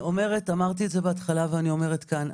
אמרתי את זה בהתחלה ואני אומרת כאן,